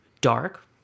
dark